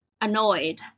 annoyed